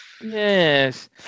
Yes